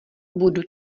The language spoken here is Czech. budu